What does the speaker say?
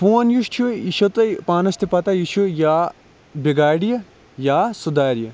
phone یُس چھُ یہِ چھَو تۄہہ پانَس تہِ پَتاہ یہِ چھُ یا بِگاڑِ یہِ یا سُدارِ یہِ